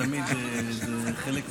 תמיד זה חלק מההליך,